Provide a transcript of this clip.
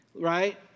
right